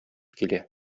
килә